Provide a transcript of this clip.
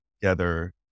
together